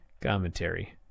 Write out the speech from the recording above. commentary